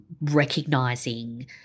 recognizing